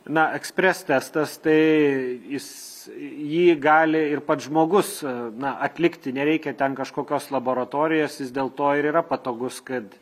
na ekspres testas tai jis jį gali ir pats žmogus na atlikti nereikia ten kažkokios laboratorijos jis dėl to ir yra patogus kad